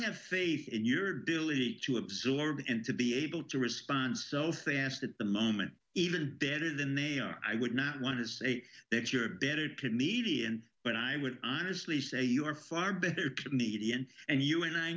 have faith in your belief to absorb it and to be able to respond so thing i asked at the moment even better than they are i would not want to say that you're better comedian but i would honestly say you are far better comedian and you and i